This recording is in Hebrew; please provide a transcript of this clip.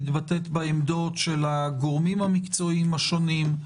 שמתבטאת בעמדות של הגורמים המקצועיים השונים,